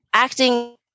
acting